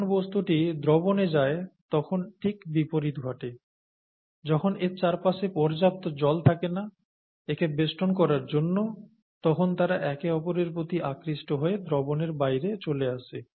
যখন বস্তুটি দ্রবণে যায় তখন ঠিক বিপরীত ঘটে যখন এর চারপাশে পর্যাপ্ত জল থাকে না একে বেষ্টন করার জন্য তখন তারা একে অপরের প্রতি আকৃষ্ট হয়ে দ্রবণের বাইরে চলে আসে